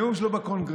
הנאום שלו בקונגרס